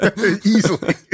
easily